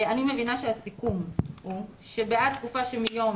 אני מבינה שהסיכום הוא שבעד תקופה שמיום